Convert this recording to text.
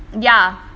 ya